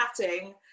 chatting